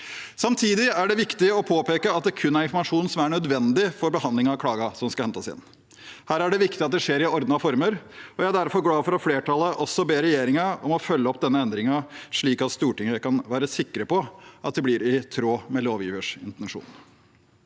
Samtidig er det viktig å påpeke at det kun er informasjon som er nødvendig for behandling av klagen, som skal hentes inn. Her er det viktig at det skjer i ordnede former, og jeg er derfor glad for at flertallet også ber regjeringen om å følge opp denne endringen, slik at Stortinget kan være sikker på at det blir i tråd med lovgivers intensjon.